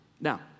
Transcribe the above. Now